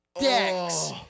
decks